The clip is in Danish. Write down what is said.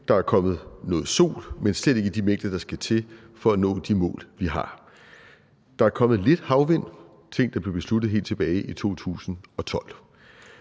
Der er kommet noget sol, men slet ikke i de mængder, der skal til for at nå de mål, vi har. Der er kommet lidt havvind. Det er ting, der blev besluttet helt tilbage i 2012.